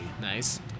nice